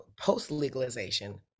post-legalization